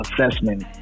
assessment